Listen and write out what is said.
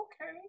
Okay